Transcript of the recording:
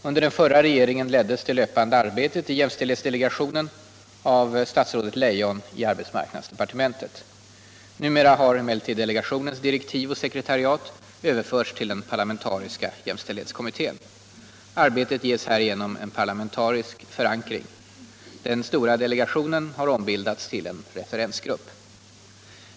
Under den förra regeringen leddes det löpande arbetet i jämställdhetsdelegationen av statsrådet Leijon i arbetsmarknadsdepartementet. Nu har emellertid delegationens direktiv och sekretariat överförts till den parlamentariska jämställdhetskommittén. Arbetet ges härigenom en parlamentarisk förankring. Den stora delegationen har ombildats till en referensgrupp.